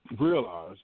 realize